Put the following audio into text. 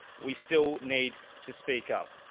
we still need to speak up.